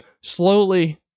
slowly